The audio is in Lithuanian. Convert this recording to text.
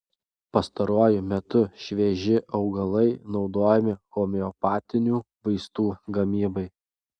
pastaruoju metu švieži augalai naudojami homeopatinių vaistų gamybai